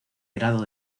grado